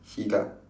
higa